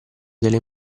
delle